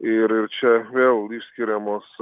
ir ir čia vėl išskiriamos